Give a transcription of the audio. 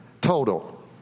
total